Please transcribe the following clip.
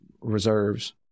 reserves